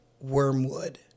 wormwood